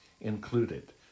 included